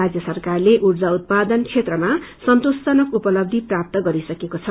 राज्य सरकारले ऊर्जा उत्पादन क्षेत्रमा सन्तोषजनक उपलब्धी प्राप्त गरिसकेको छ